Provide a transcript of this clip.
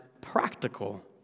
practical